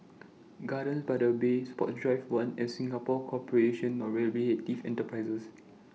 Gardens By The Bay Sports Drive one and Singapore Corporation of Rehabilitative Enterprises